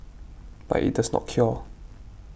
but it does not cure